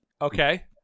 Okay